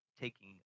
taking